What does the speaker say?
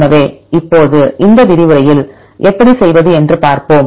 எனவே இப்போது இந்த விரிவுரையில் எப்படி செய்வது என்று பார்ப்போம்